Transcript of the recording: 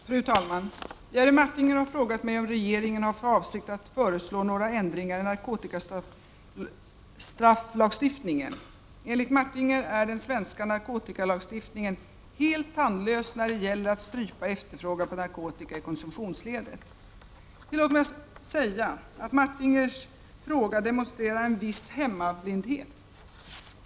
Fru talman! Jerry Martinger har frågat mig om regeringen har för avsikt att föreslå några ändringar i narkotikalagstiftningen. Enligt Jerry Martinger är den svenska narkotikalagstiftningen ”helt tandlös när det gäller att strypa efterfrågan på narkotika i konsumtionsledet”. Tillåt mig säga att Jerry Martingers fråga demonstrerar en viss hemmablindhet.